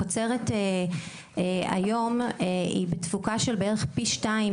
הקוצרת היום היא בתפוקה של בערך פי שתיים